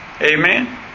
Amen